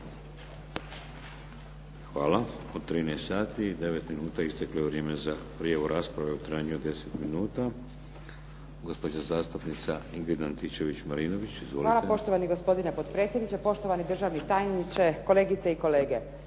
Hvala poštovani gospodine potpredsjedniče, poštovani državni tajniče, kolegice i kolege.